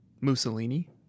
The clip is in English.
Mussolini